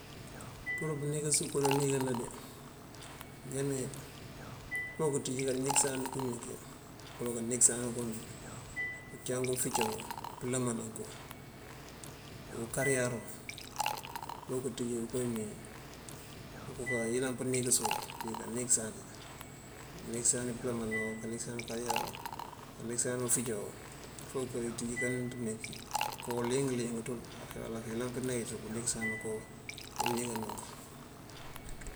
Pur pëëníngës dënko ndaníngáanan dí. Máanjáne fok këënţíijí káníngësani kimeenki kël káníngësanu pël. Uncíyank ufúca, pëëlëmanankul, unkárëyar, fok këënţíiji kowí mee okayëlan pëëníngës uwul diká níngësani: káningësani pëëlëmanoo, on káningësani unkariyar, káaningësani ukúcáarul. Fok këënţíiji káníngësani kímeenkí kokoo aling keeling ţul. Ayëlan pëëníngës ko uningáawunk.